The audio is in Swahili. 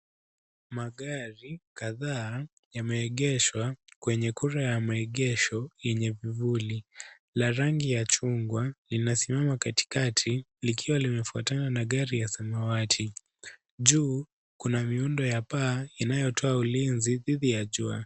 Magari kadhaa yameegeshwa kwenye kuta ya maegesho yenye vivuli, la rangi ya chungwa linasimama katikati likiwa limefwatana na gari ya samawati. Juu kuna miundo ya paa inayotoa ulinzi dhidi ya jua.